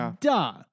duh